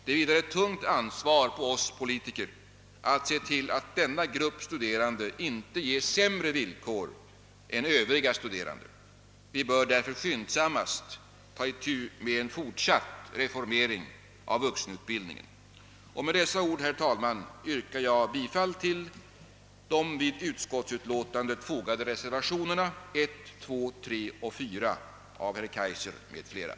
Det vilar ett tungt ansvar på oss politiker att se till att denna grupp studerande inte ges sämre villkor än Övriga studerande. Vi bör därför skyndsamt ta itu med en fortsatt reformering av vuxenutbildningen. Med dessa ord, herr talman, yrkar jag